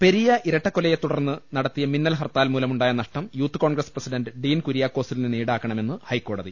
പെരിയ ഇരട്ടക്കൊലയെ തുടർന്ന് നടത്തിയ മിന്നൽ ഹർത്താൽ മൂലമുണ്ടായ നഷ്ടം യൂത്ത് കോൺഗ്രസ് പ്രസിഡന്റ് ഡീൻ കുര്യാക്കോസിൽ നിന്ന് ഈടാക്കണമന്ന് ഹൈക്കോടതി